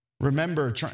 remember